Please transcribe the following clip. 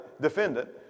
defendant